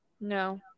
No